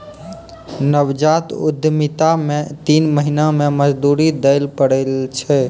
नवजात उद्यमिता मे तीन महीना मे मजदूरी दैल पड़ै छै